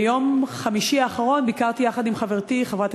ביום חמישי האחרון ביקרתי יחד עם חברתי חברת